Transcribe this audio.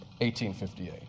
1858